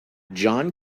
john